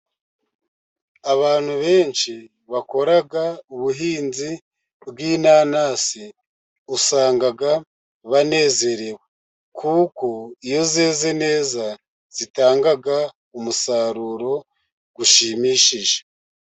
Abantu benshi bakora ubuhinzi bw'inanasi usanga banezerewe, kuko iyo zeze neza zitanga umusaruro ushimishije.